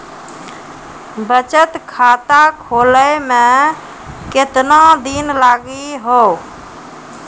बचत खाता खोले मे केतना दिन लागि हो?